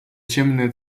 ciemne